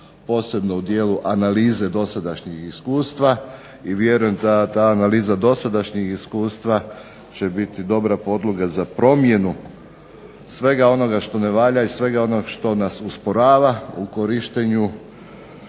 posebno u dijelu analize dosadašnjih iskustva i vjerujem da ta analiza dosadašnjih iskustva će biti dobra podloga za promjenu svega onoga što ne valja i svega što nas usporava u korištenju